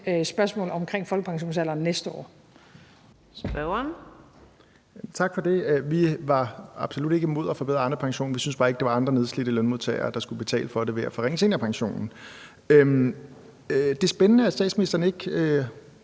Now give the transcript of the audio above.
Spørgeren. Kl. 13:45 Pelle Dragsted (EL): Tak for det. Vi var absolut ikke imod at forbedre Arnepensionen, men vi syntes bare ikke, det var andre nedslidte lønmodtagere, der skulle betale for det, ved at man forringede seniorpensionen. Det er spændende, at statsministeren ikke